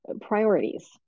priorities